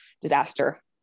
disaster